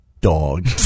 dog